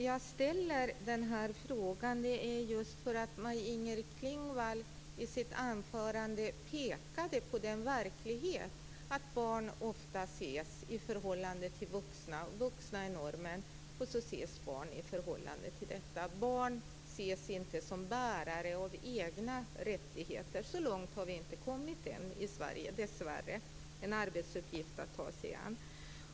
Fru talman! Anledningen till att jag ställer den här frågan är att Maj-Inger Klingvall i sitt anförande pekade på det faktum att barn ofta ses i förhållande till vuxna. Vuxna är normen, och barn ses i förhållande till dem. Barn ses inte som bärare av egna rättigheter. Så långt har vi dessvärre ännu inte kommit i Sverige. Det är en arbetsuppgift att ta sig an.